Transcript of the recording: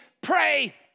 pray